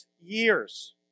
years